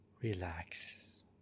relax